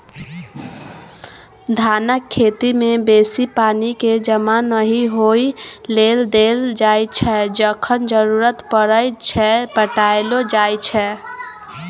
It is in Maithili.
धानक खेती मे बेसी पानि केँ जमा नहि होइ लेल देल जाइ छै जखन जरुरत परय छै पटाएलो जाइ छै